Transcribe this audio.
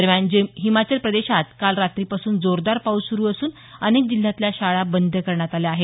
दरम्यान हिमाचल प्रदेशात काल रात्रीपासून जोरदार पाऊस सुरू असून अनेक जिल्ह्यातल्या शाळा बंद करण्यात आल्या आहेत